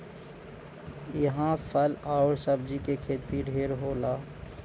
इहां फल आउर सब्जी के खेती ढेर होला